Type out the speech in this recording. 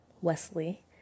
Wesley